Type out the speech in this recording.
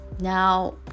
Now